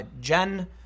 Jen